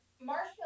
marshmallow